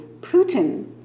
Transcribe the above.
Putin